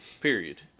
Period